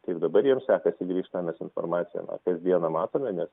kaip dabar jiems sekasi grįžt tą mes informaciją na kasdieną matome nes